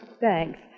Thanks